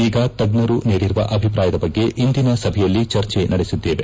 ಈಗ ತಜ್ಞರು ನೀಡಿರುವ ಅಭಿಪ್ರಾಯದ ಬಗ್ಗೆ ಇಂದಿನ ಸಭೆಯಲ್ಲಿ ಚರ್ಚೆ ನಡೆಸಿದ್ದೇವೆ